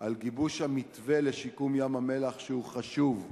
על גיבוש המתווה לשיקום ים-המלח, שהוא חשוב,